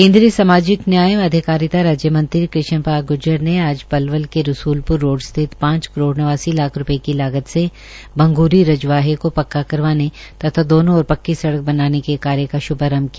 केन्द्रीय सामाजिक न्याय एवं अधिकारिता राज्य मंत्री कृष्ण पाल गुर्जर ने आज पलवल के रसूलपुर रोड स्थित पांच करोड़ नवासी लाख रूपए की लागत से भंगूरी रजवाहे को पक्का करवाने के कार्य का शुभारंभ किया